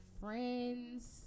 friends